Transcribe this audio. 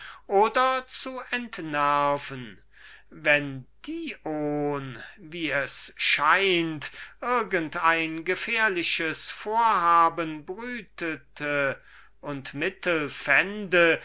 oder zu entnerven wenn dion wie es scheint irgend ein gefährliches vorhaben brütete und